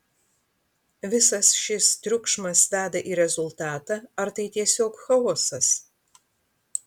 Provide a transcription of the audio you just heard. visas šis triukšmas veda į rezultatą ar tai tiesiog chaosas